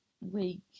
week